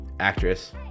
actress